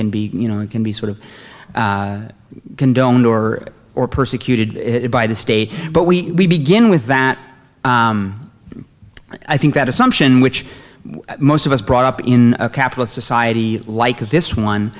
can be you know it can be sort of condoned or or persecuted by the state but we begin with that i think that assumption which most of us brought up in a capitalist society like this one